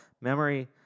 memory